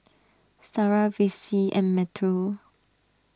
Sarrah Vicy and Metro